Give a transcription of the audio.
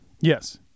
Yes